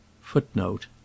Footnote